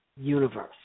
universe